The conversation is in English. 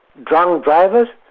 drunk drivers.